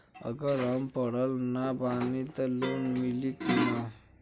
अगर हम पढ़ल ना बानी त लोन मिली कि ना?